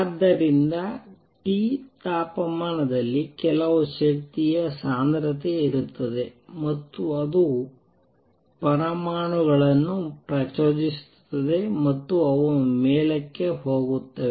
ಆದ್ದರಿಂದ T ತಾಪಮಾನದಲ್ಲಿ ಕೆಲವು ಶಕ್ತಿಯ ಸಾಂದ್ರತೆ ಇರುತ್ತದೆ ಮತ್ತು ಅದು ಈ ಪರಮಾಣುಗಳನ್ನು ಪ್ರಚೋದಿಸುತ್ತದೆ ಮತ್ತು ಅವು ಮೇಲಕ್ಕೆ ಹೋಗುತ್ತವೆ